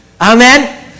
Amen